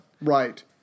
Right